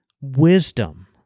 wisdom